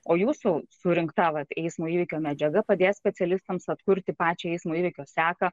o jūsų surinkta vat eismo įvykio medžiaga padės specialistams atkurti pačią eismo įvykio seką